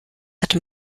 hatte